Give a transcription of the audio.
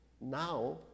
now